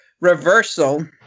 reversal